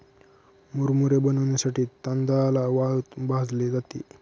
मुरमुरे बनविण्यासाठी तांदळाला वाळूत भाजले जाते